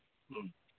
ꯎꯝ